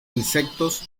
insectos